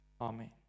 Amen